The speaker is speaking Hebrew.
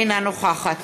אינה נוכחת